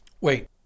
Wait